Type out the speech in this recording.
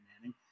Manning